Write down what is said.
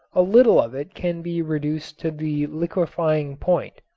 a little of it can be reduced to the liquefying point.